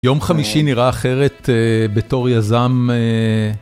יום חמישי נראה אחרת בתור יזם.